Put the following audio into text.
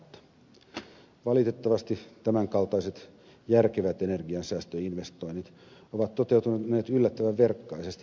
valitettavasti tämänkaltaiset järkevät energiansäästöinvestoinnit ovat toteutuneet yllättävän verkkaisesti jopa teollisuusmaissa